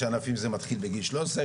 יש ענפים שזה מתחיל בגיל שלוש עשרה,